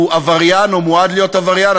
הוא עבריין או מועד להיות עבריין.